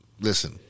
listen